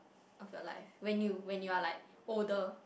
of your life when you when you're like older